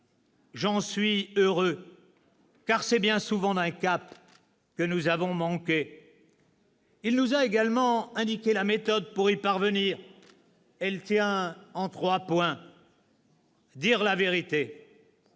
J'en suis heureux : c'est bien souvent d'un cap que nous avons manqué. « Il nous a également indiqué la méthode pour y parvenir. Elle tient en trois points : dire la vérité